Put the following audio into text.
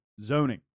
zoning